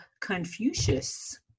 Confucius